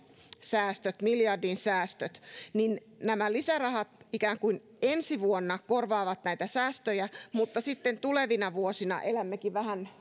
säästöt miljardin säästöt niin nämä lisärahat ikään kuin ensi vuonna korvaavat näitä säästöjä mutta sitten tulevina vuosina elämmekin vähän